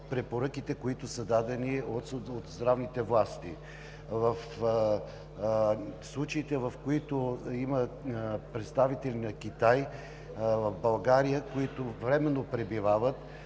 препоръките, които са дадени от здравните власти. В случаите, в които има представители на Китай в България, които пребивават